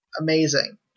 amazing